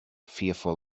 fearful